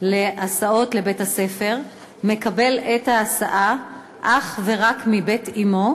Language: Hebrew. להסעות לבית-הספר מקבל את ההסעה אך ורק מבית אמו,